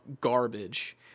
garbage